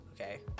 okay